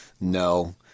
no